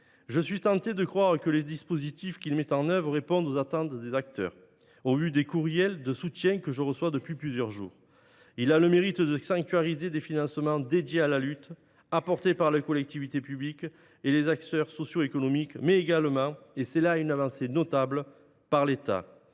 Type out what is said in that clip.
Je suis tenté de croire que les dispositifs qu’il met en œuvre répondent aux attentes des acteurs, au vu des courriels de soutien que je reçois depuis plusieurs jours. Il a le mérite de sanctuariser des financements dédiés à la lutte, apportés par la collectivité publique et par les acteurs socioéconomiques, mais également – c’est là une avancée notable – par l’État,